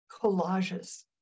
collages